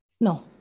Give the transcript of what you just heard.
No